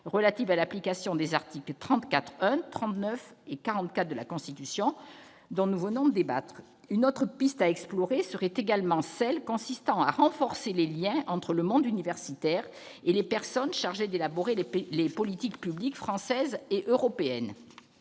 relative à l'application des articles 34-1, 39 et 44 de la Constitution. Une autre piste à explorer serait le renforcement des liens entre le monde universitaire et les personnes chargées d'élaborer les politiques publiques françaises et européennes.